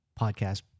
podcast